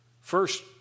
First